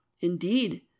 indeed